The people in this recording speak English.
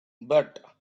but